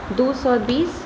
दू सए बीस